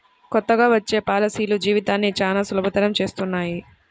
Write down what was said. కొత్తగా వచ్చే పాలసీలు జీవితాన్ని చానా సులభతరం చేస్తున్నాయి